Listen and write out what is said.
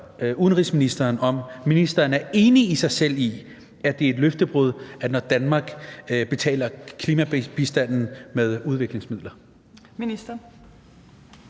udenrigsministeren, om ministeren er enig med sig selv i, at det er et løftebrud, når Danmark betaler klimabistanden med udviklingsmidler.